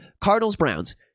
Cardinals-Browns